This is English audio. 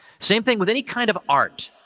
same thing with any kind of art.